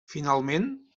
finalment